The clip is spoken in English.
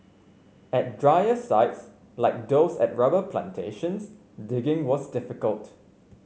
at drier sites like those at rubber plantations digging was difficult